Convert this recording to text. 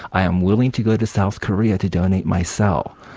i am willing to go to south korea to donate my cell'.